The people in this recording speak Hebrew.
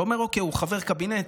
אתה אומר: אוקיי, הוא חבר קבינט,